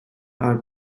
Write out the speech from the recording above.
are